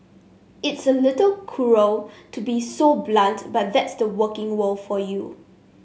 it's a little cruel to be so blunt but that's the working world for you